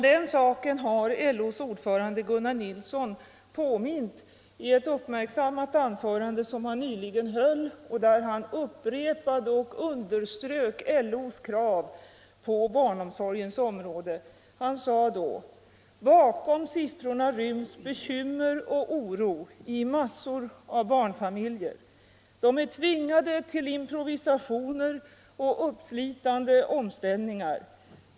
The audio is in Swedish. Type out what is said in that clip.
Den saken har LO:s ordförande, Gunnar Nilsson, påmint om i ett uppmärksammat anförande som han nyligen höll och där han upprepade och underströk LO:s krav på barnomsorgens område. Han sade då: ”Bakom siffrorna ryms bekymmer och oro i massor av barnfamiljer. De är tvingade till improvisationer och uppslitande omställningar.